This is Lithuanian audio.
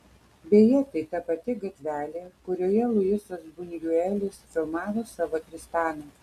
beje tai ta pati gatvelė kurioje luisas bunjuelis filmavo savo tristaną